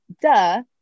duh